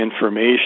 information